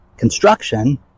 Construction